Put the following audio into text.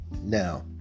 now